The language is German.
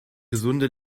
gesunde